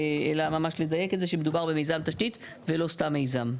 אלא ממש לדייק את זה שמדובר במיזם תשתית ולא סתם מיזם.